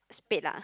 spade ah